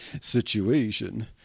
situation